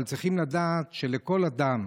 אבל צריכים לדעת שלכל אדם